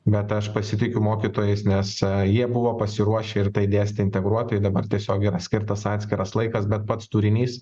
bet aš pasitikiu mokytojais nes jie buvo pasiruošę ir tai dėstė integruotai dabar tiesiog yra skirtas atskiras laikas bet pats turinys